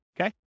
Okay